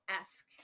esque